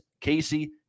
Casey